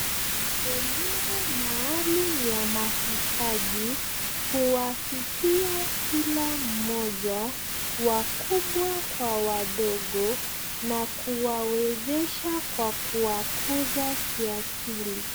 Elimu maalum ya mahitaji, huwafikia kila mmoja, wakubwa kwa wadogo na kuwawezesha kwa kuwakuza kiakili.